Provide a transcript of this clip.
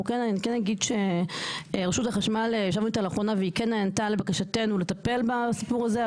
ישבנו לאחרונה עם רשות החשמל והיא כן נענתה לבקשתו לטפל בסיפור הזה.